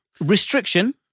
Restriction